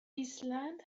ایسلند